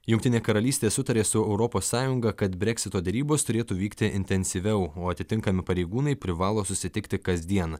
jungtinė karalystė sutarė su europos sąjunga kad breksito derybos turėtų vykti intensyviau o atitinkami pareigūnai privalo susitikti kasdien